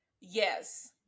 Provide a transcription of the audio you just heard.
Yes